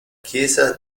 chiesa